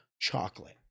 chocolate